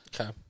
Okay